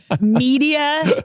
media